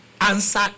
answer